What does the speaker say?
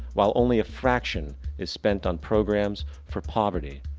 while only a fraction is spend on programs for poverty,